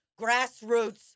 grassroots